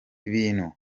ibintu